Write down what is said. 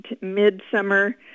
mid-summer